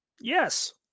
Yes